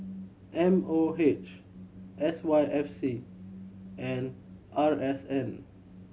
M O H S Y F C and R S N